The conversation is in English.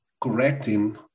correcting